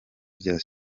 bya